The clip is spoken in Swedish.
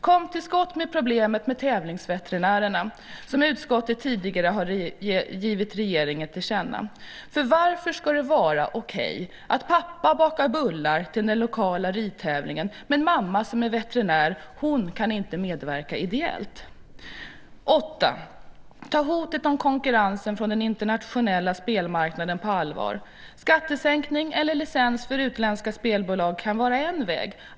Kom till skott med det problem med tävlingsveterinärer som utskottet tidigare har givit regeringen till känna. Varför ska det vara okej att pappa bakar bullar till den lokala ridtävlingen, medan mamma som är veterinär inte kan medverka ideellt? 8. Ta hotet om konkurrensen från den internationella spelmarknaden på allvar. Skattesänkningar eller licens för utländska spelbolag kan vara en väg.